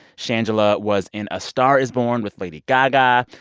shangela was in a star is born with lady gaga.